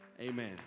Amen